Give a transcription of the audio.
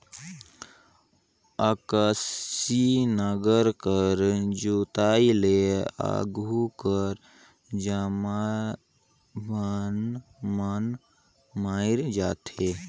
अकरासी नांगर कर जोताई ले आघु कर जामल बन मन मइर जाथे